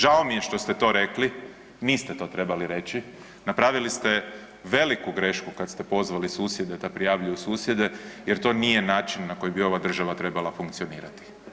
Žao mi je što ste to rekli, niste to trebali reći, napravili ste veliku grešku kad ste pozvali susjede da prijavljuju susjede jer to nije način na koji bi ova država funkcionirati.